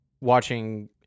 watching